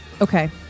Okay